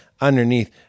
underneath